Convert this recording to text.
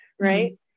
right